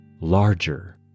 larger